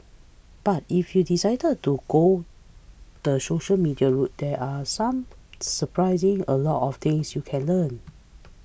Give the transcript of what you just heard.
but if you decided to go the social media route there are some surprising a lot of things you can learn